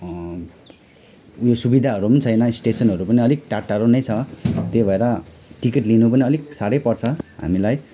यो सुविधाहरू पनि छैन स्टेसनहरू पनि अलिक टाढ टाढो नै छ त्यही भएर टिकट लिनु पनि अलिक साह्रै पर्छ हामीलाई